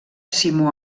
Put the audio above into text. simó